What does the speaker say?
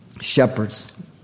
Shepherds